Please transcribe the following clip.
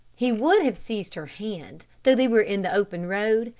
he would have seized her hand, though they were in the open road,